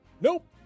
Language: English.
nope